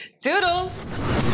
Doodles